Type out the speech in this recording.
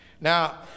Now